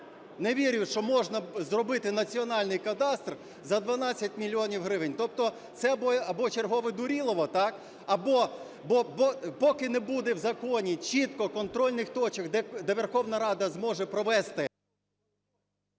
Не вірю, що можна зробити національний кадастр за 12 мільйонів гривень. Тобто це або чергове дурилово, або... Поки не буде в законі чітко контрольних точок, де Верховна Рада зможе провести…